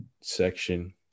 section